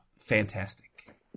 Fantastic